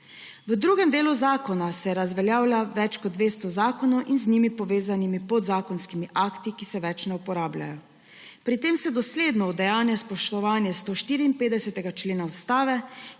V drugem delu zakona se razveljavlja več kot 200 zakonov in z njimi povezanimi podzakonski akti, ki se več ne uporabljajo. Pri tem se dosledno udejanja spoštovanje 154. člena Ustave,